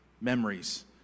Memories